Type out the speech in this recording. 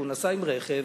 הוא נסע ברכב,